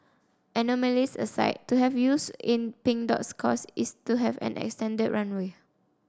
anomalies aside to have youths in Pink Dot's cause is to have an extended runway